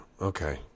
Okay